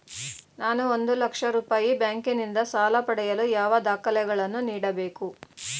ನಾನು ಒಂದು ಲಕ್ಷ ರೂಪಾಯಿ ಬ್ಯಾಂಕಿನಿಂದ ಸಾಲ ಪಡೆಯಲು ಯಾವ ದಾಖಲೆಗಳನ್ನು ನೀಡಬೇಕು?